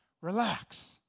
Relax